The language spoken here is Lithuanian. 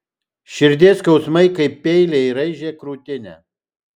širdies skausmai kaip peiliai raižė krūtinę